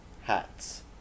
hats